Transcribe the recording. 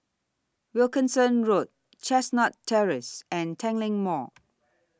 Wilkinson Road Chestnut Terrace and Tanglin Mall